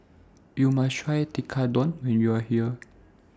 YOU must Try Tekkadon when YOU Are here